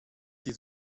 die